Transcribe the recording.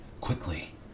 quickly